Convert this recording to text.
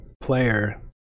player